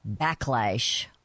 backlash